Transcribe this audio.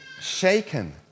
shaken